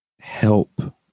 help